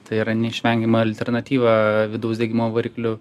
tai yra neišvengiama alternatyva vidaus degimo varikliu